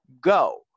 Go